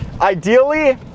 Ideally